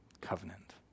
Covenant